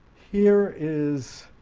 here is